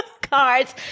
cards